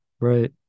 right